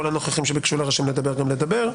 לכל הנוכחים שביקשו להירשם לדבר, גם לדבר.